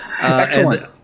excellent